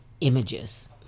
images